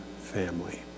family